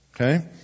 Okay